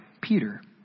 Peter